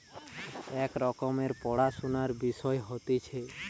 এক রকমের পড়াশুনার বিষয় হতিছে